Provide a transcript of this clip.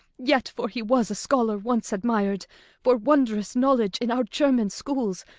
yet, for he was a scholar once admir'd for wondrous knowledge in our german schools,